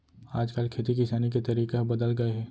आज काल खेती किसानी के तरीका ह बदल गए हे